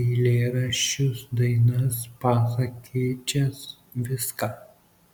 eilėraščius dainas pasakėčias viską